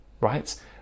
right